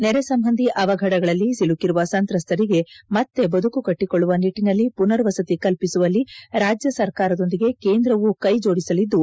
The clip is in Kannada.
ನೆರೆ ಸಂಬಂಧಿ ಅವಘಡಗಳಲ್ಲಿ ಸಿಲುಕಿರುವ ಸಂತ್ರಸ್ತರಿಗೆ ಮತ್ತೆ ಬದುಕು ಕಟ್ಟಿಕೊಳ್ಳುವ ನಿಟ್ಟಿನಲ್ಲಿ ಪುನರ್ವಸತಿ ಕಲ್ಪಿಸುವಲ್ಲಿ ರಾಜ್ಯ ಸರಕಾರದೊಂದಿಗೆ ಕೇಂದ್ರವೂ ಕೈ ಜೋಡಿಸಿಸಲಿದ್ದು